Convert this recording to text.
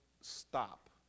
stop